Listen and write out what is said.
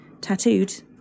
tattooed